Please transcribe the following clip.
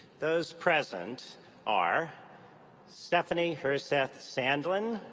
those present are stephanie herseth sandlin,